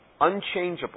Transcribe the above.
unchangeable